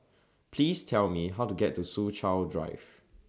Please Tell Me How to get to Soo Chow Drive